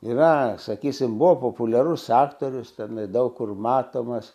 yra sakysim buvo populiarus aktorius tenai daug kur matomas